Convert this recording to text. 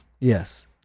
Yes